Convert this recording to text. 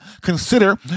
consider